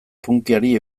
punkyari